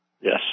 yes